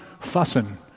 fussing